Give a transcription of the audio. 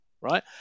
right